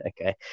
okay